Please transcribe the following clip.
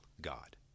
God